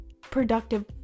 productive